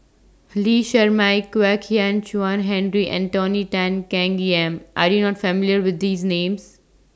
Lee Shermay Kwek Hian Chuan Henry and Tony Tan Keng Yam Are YOU not familiar with These Names